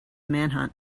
manhunt